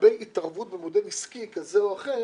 לגבי התערבות במודל עסקי כזה או אחר